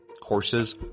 Courses